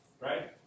Right